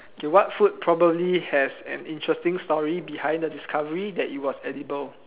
K what food probably has an interesting story behind the discovery that it was edible